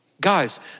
Guys